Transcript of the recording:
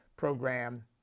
program